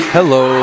Hello